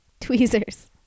Tweezers